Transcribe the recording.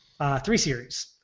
3-series